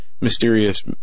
Mysterious